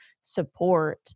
support